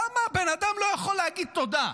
למה בן אדם לא יכול להגיד תודה?